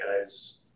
guys